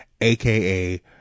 aka